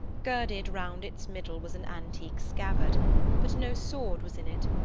girded round its middle was an antique scabbard but no sword was in it,